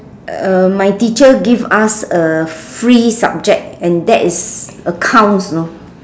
uh my teacher give us a free subject and that is accounts you know